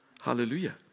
Hallelujah